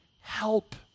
help